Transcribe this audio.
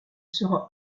sera